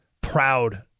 proud